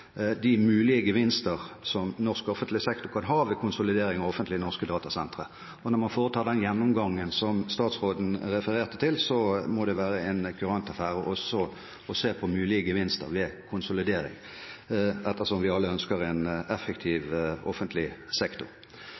de mulige gevinster som norsk offentlig sektor kan ha ved konsolidering av offentlige norske datasentre. Og når man foretar den gjennomgangen som statsråden refererte til, må det være en kurant affære også å se på mulige gevinster ved konsolidering, ettersom vi alle ønsker en effektiv offentlig sektor.